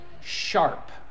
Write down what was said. sharp